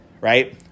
Right